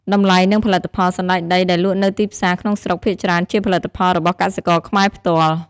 តម្លៃនិងផលិតផល សណ្ដែកដីដែលលក់នៅទីផ្សារក្នុងស្រុកភាគច្រើនជាផលិតផលរបស់កសិករខ្មែរផ្ទាល់។